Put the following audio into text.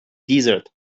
desert